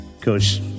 Cause